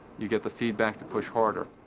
you get the feedback to push harder.